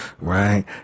right